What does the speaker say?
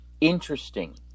interesting